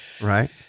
Right